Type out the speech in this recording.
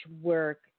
work